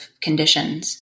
conditions